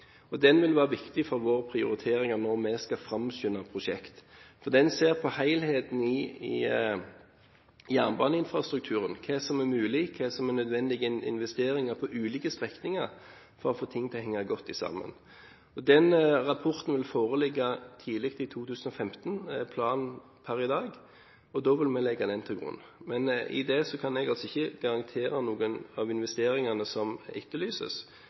Den vil være viktig for våre prioriteringer når vi skal framskynde prosjekter, for den ser på helheten i jernbaneinfrastrukturen – på hva som er mulig, på hva som er nødvendige investeringer på ulike strekninger, for å få ting til å henge godt sammen. Den rapporten vil foreligge tidlig i 2015 – det er planen per i dag – og da vil vi legge den til grunn. Med det kan jeg ikke garantere noen av investeringene som etterlyses